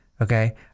okay